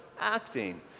acting